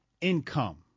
income